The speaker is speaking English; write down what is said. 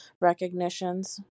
recognitions